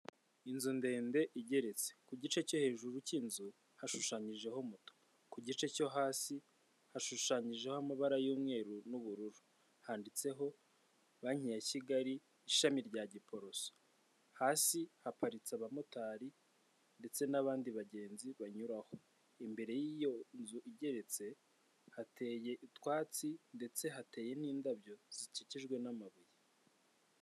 Inzu ndende igeretse ku gice cyo hejuru k'inzu hashushanyijeho moto, ku gice cyo hasi hashushanyijeho amabara y'umweru n'ubururu handitseho banki ya Kigali ishami rya Giporoso, hasi haparitse abamotari ndetse n'abandi bagenzi banyuraho, imbere y'iyo nzu igeretse hateye utwatsi ndetse hateye n'indabyo zikikijwe n'amabuye.